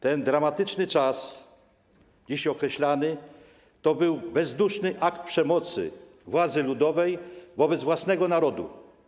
Ten dramatyczny czas - dziś tak określany - to był bezduszny akt przemocy władzy ludowej wobec własnego narodu.